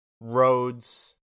roads